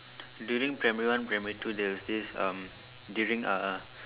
during primary one primary two there is this um during a'ah